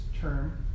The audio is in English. term